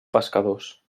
pescadors